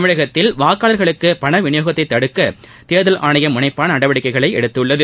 தமிழகத்தில் வாக்காளர்களுக்கு பண விநியோகத்தைத் தடுக்க தேர்தல் ஆணையம் முனைப்பான நடவடிக்கைகளை எடுத்துள்ளது